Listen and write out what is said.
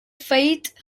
fayette